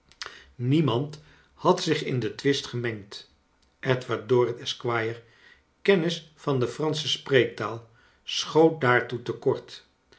niemand had zich in den twist gemengd edward dorrit esquire's kennis van de eranschc proektaal schoot daartoe te